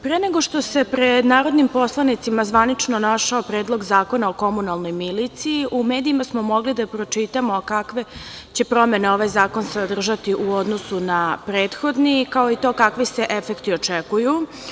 Pre nego što se pred narodnim poslanicima zvanično našao Predlog zakona o komunalnoj miliciji u medijima smo mogli da pročitamo kakve će promene ovaj zakon sadržati u odnosu na prethodni kao i to kakvi se efekti očekuju.